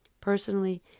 Personally